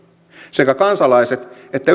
sekä kansalaiset että